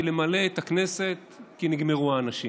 היא למלא את הכנסת כי נגמרו האנשים.